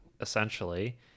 essentially